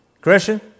Christian